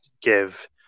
give